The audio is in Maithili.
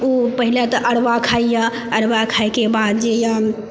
उ पहिले तऽ अरबा खाइया अरबा खाइके बाद जे यऽ